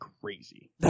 crazy